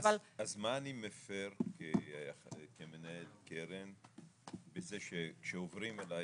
אבל --- אז מה אני מפר כמנהל קרן בזה שכשעוברים אליי